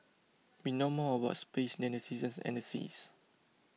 we know more about space than the seasons and the seas